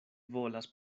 volas